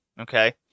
Okay